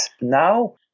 Now